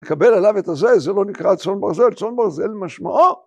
לקבל עליו את הזה, זה לא נקרא צאן ברזל, צאן ברזל משמעו